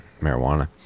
marijuana